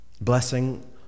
Blessing